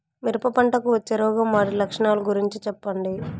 మిరప పంటకు వచ్చే రోగం వాటి లక్షణాలు గురించి చెప్పండి?